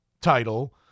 title